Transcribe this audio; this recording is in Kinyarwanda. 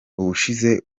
ubushize